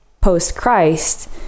post-Christ